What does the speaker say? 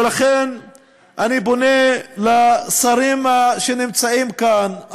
לכן אני פונה לשרים שנמצאים כאן,